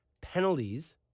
penalties